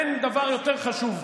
אין דבר יותר חשוב.